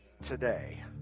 today